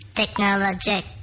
technologic